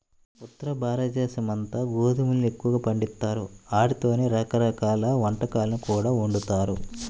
ఉత్తరభారతదేశమంతా గోధుమల్ని ఎక్కువగా పండిత్తారు, ఆటితోనే రకరకాల వంటకాలు కూడా వండుతారు